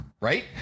right